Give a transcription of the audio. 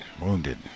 Wounded